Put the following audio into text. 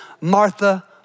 Martha